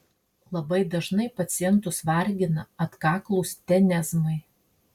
labai dažnai pacientus vargina atkaklūs tenezmai